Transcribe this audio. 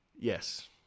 Yes